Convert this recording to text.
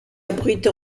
abrite